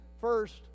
first